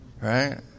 Right